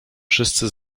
wszyscy